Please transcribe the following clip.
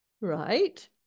right